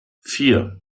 vier